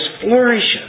flourishes